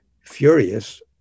furious